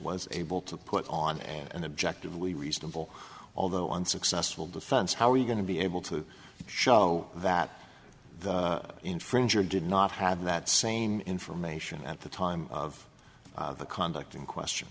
was able to put on an objective we reasonable although unsuccessful defense how are you going to be able to show that the infringer did not have that same information at the time of the conduct in question